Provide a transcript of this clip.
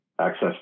access